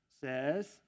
says